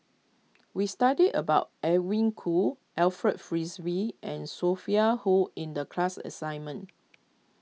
we studied about Edwin Koo Alfred Frisby and Sophia Hull in the class assignment